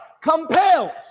compels